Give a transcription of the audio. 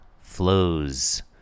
flows